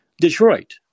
Detroit